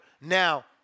Now